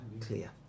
clear